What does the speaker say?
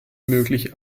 möglich